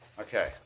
Okay